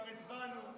כבר הצבענו,